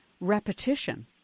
repetition